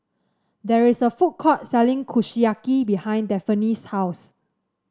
there is a food court selling Kushiyaki behind Daphne's house